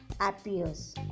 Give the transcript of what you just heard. appears